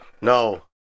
No